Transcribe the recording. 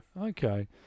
Okay